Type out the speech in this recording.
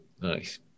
Nice